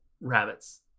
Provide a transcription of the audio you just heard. rabbits